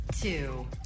Two